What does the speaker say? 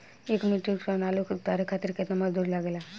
एक metric tonne आलू उतारे खातिर केतना मजदूरी लागेला?